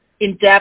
in-depth